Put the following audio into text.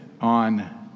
on